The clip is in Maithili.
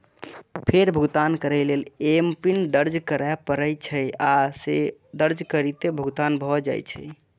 फेर भुगतान करै लेल एमपिन दर्ज करय पड़ै छै, आ से दर्ज करिते भुगतान भए जाइ छै